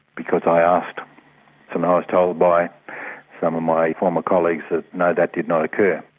because i asked and i was told by some of my former colleagues that no, that did not occur.